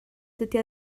dydy